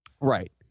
Right